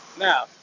Now